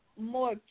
more